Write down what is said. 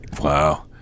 Wow